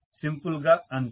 simple గా అంతే